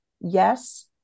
yes